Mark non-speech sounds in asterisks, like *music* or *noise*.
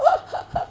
*laughs*